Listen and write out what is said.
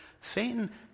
Satan